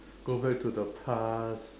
go back to the past